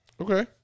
Okay